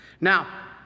Now